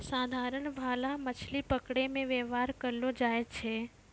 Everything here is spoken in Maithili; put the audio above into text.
साधारण भाला मछली पकड़ै मे वेवहार करलो जाय छै